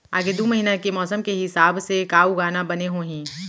आगे दू महीना के मौसम के हिसाब से का उगाना बने होही?